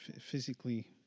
physically